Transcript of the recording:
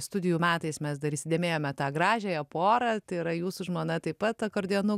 studijų metais mes dar įsidėmėjome tą gražiąją porą tai yra jūsų žmona taip pat akordeonu